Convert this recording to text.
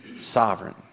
sovereign